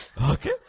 Okay